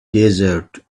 desert